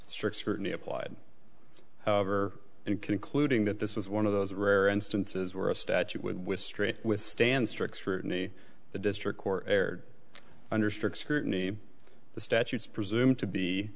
strict scrutiny applied however in concluding that this was one of those rare instances where a statute would with straight withstand strict scrutiny the district court erred under strict scrutiny the statutes presume to be